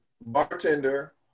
bartender